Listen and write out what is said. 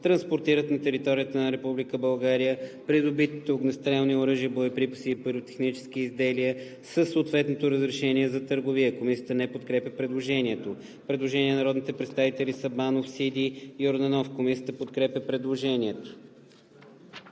транспортират на територията на Република България придобитите огнестрелни оръжия, боеприпаси и пиротехнически изделия със съответното разрешение за търговия“.“ Комисията не подкрепя предложението. Предложение от народните представители Александър Сабанов, Александър Сиди и Йордан Йорданов. Комисията подкрепя предложението.